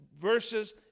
verses